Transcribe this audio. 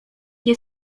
nie